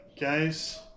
guys